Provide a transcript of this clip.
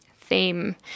theme